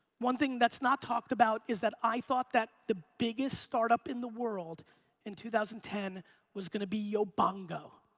one thing that's not talked about is that i thought that the biggest start-up in the world in two thousand and ten was gonna be yobongo.